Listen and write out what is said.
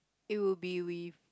it will be with